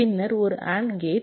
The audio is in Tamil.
பின்னர் ஒரு AND கேட்